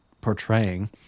portraying